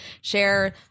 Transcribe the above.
share